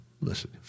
listen